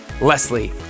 Leslie